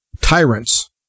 tyrants